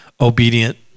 obedient